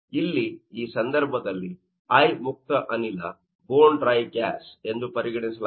ಇಲ್ಲಿ ಈ ಸಂದರ್ಭದಲ್ಲಿ i ಮುಕ್ತ ಅನಿಲ ಬೋನ್ ಡ್ರೈ ಗ್ಯಾಸ್ಎಂದು ಪರಿಗಣಿಸಲಾಗಿದೆ